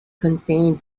contained